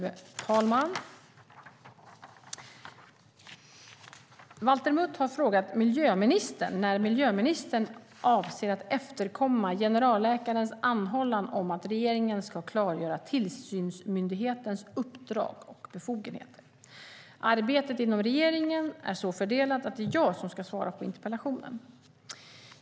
Fru talman! Valter Mutt har frågat miljöministern när miljöministern avser att efterkomma generalläkarens anhållan om att regeringen ska klargöra tillsynsmyndighetens uppdrag och befogenheter. Arbetet inom regeringen är så fördelat att det är jag som ska svara på interpellationen.